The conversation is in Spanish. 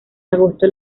agosto